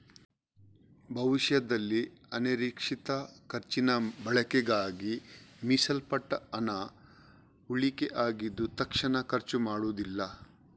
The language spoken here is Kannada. ಭವಿಷ್ಯದಲ್ಲಿ ಅನಿರೀಕ್ಷಿತ ಖರ್ಚಿನ ಬಳಕೆಗಾಗಿ ಮೀಸಲಿಟ್ಟ ಹಣ ಉಳಿಕೆ ಆಗಿದ್ದು ತಕ್ಷಣ ಖರ್ಚು ಮಾಡುದಿಲ್ಲ